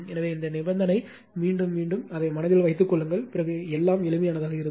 எனவே இந்த நிபந்தனை மீண்டும் மீண்டும் அதை மனதில் வைத்துக் கொள்ளுங்கள் பிறகு எல்லாம் எளிமையானதாக இருக்கும்